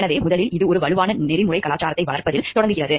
எனவே முதலில் இது ஒரு வலுவான நெறிமுறை கலாச்சாரத்தை வளர்ப்பதில் தொடங்குகிறது